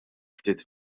ftit